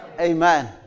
Amen